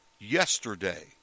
Yesterday